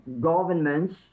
governments